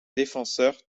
défenseur